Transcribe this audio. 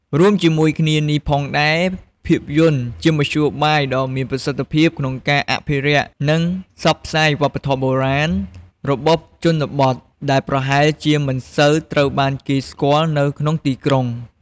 រួមជាមួយគ្នានេះផងដែរ ភាពយន្តជាមធ្យោបាយដ៏មានប្រសិទ្ធភាពក្នុងការ អភិរក្ស និងផ្សព្វផ្សាយវប្បធម៌បុរាណ របស់ជនបទ ដែលប្រហែលជាមិនសូវត្រូវបានគេស្គាល់នៅក្នុងទីក្រុង។